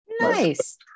nice